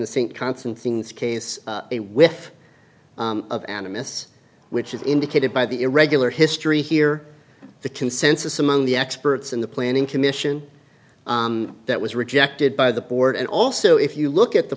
the sink concent things case a whiff of animus which is indicated by the irregular history here the consensus among the experts in the planning commission that was rejected by the board and also if you look at the